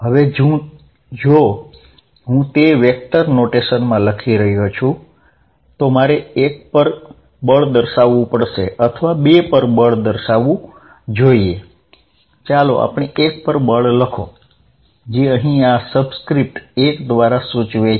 હવે જો હું તે વેક્ટર નોટેશનમાં લખું તો મારે 1 પર બળ દર્શાવવું પડશે અથવા 2 પર બળ દર્શાવવું જોઈએ ચાલો આપણે 1 પર બળ લખીએ જે અહીં આ સબસ્ક્રિપ્ટ 1 દ્વારા સૂચવે છે